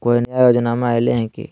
कोइ नया योजनामा आइले की?